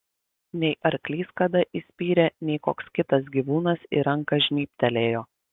nei arklys kada įspyrė nei koks kitas gyvūnas į ranką žnybtelėjo